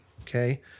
okay